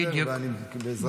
אדוני היושב-ראש.